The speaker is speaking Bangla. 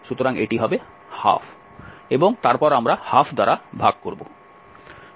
সুতরাং এটি 12হবে এবং তারপর আমরা 12দ্বারা ভাগ করব